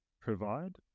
provide